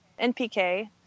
NPK